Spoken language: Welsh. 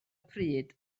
pryd